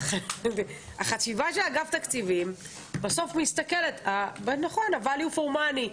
החשיבה של אגף תקציבים בסוף מסתכלת על value for money,